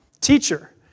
Teacher